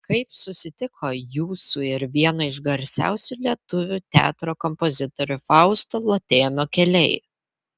kaip susitiko jūsų ir vieno iš garsiausių lietuvių teatro kompozitorių fausto latėno keliai